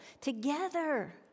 Together